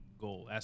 goal